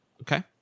Okay